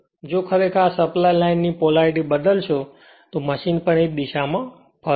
જો ખરેખર આ સપ્લાય લાઇનની પોલારીટી બે બદલશો તો પણ મશીન એ જ દિશામાં ફરશે